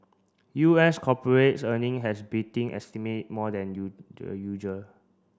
U S corporate earning has beating estimate more than the usual